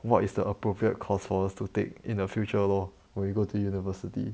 what is the appropriate course for us to take in the future lor when you go to university